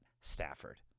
Stafford